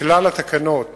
כלל תקנות